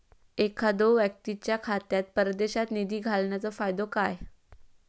एखादो व्यक्तीच्या खात्यात परदेशात निधी घालन्याचो फायदो काय?